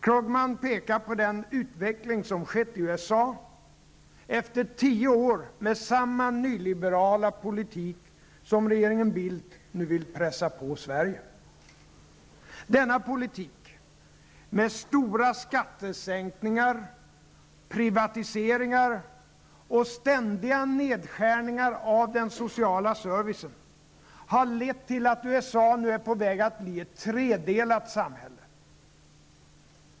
Krugman pekar på den utveckling som skett i USA efter tio år med samma nyliberala politik som regeringen Bildt nu vill pressa på Sverige. Denna politik -- med stora skattesänkningar, privatiseringar och ständiga nedskärningar av den sociala servicen -- har lett till att USA nu är på väg att bli ett tredelat samhälle.